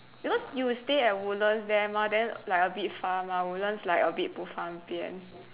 because you stay at woodlands there mah then like a bit far mah woodlands like a bit 不方便